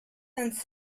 and